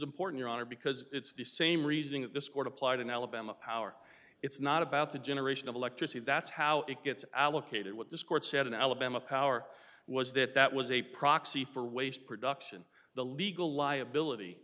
important to honor because it's the same reasoning that this court applied in alabama power it's not about the generation of electricity that's how it gets allocated what this court said in alabama power was that that was a proxy for waste production the legal liability